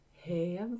Hey